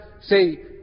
say